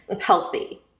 healthy